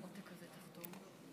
(חותם על ההצהרה) בשעה טובה.